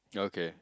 okay